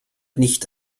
nicht